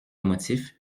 motifs